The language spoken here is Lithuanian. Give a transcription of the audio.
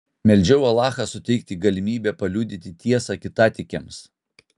meldžiau alachą suteikti galimybę paliudyti tiesą kitatikiams